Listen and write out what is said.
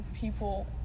people